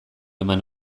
eman